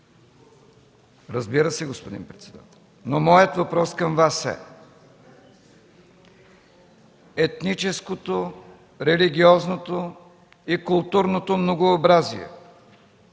Разбира се, господин председател, но моят въпрос към Вас е: етническото, религиозното и културното многообразие